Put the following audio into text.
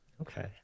Okay